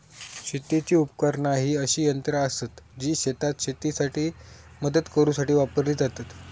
शेतीची उपकरणा ही अशी यंत्रा आसत जी शेतात शेतीसाठी मदत करूसाठी वापरली जातत